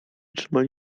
trzymali